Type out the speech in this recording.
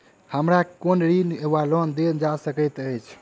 हमरा केँ कुन ऋण वा लोन देल जा सकैत अछि?